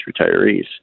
retirees